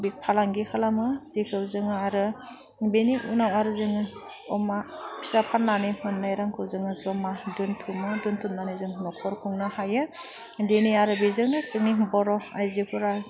बे फालांगि खालामो बेखौ जोङो आरो बेनि उनाव आरो जोङो अमा फिसा फाननानै मोननाय रांखौ जोङो जमा दोनथुमो दोनथुमनानै जों नख'र खुंनो हायो दिनै आरो बेजोंनो जोंनि बर' आयजोफोरा